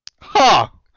Ha